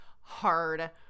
hard